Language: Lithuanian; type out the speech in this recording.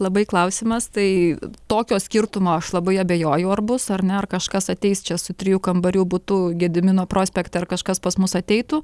labai klausimas tai tokio skirtumo aš labai abejoju ar bus ar ne ar kažkas ateis čia su trijų kambarių butu gedimino prospekte ar kažkas pas mus ateitų